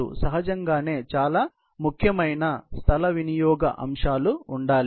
సహజంగానే చాలా ముఖ్యమైన స్థల వినియోగ అంశాలు ఉండాలి